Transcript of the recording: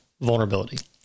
Vulnerability